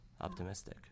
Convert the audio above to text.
optimistic